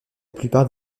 plupart